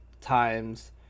times